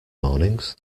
mornings